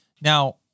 Now